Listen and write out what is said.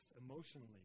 emotionally